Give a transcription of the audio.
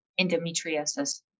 endometriosis